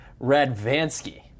Radvansky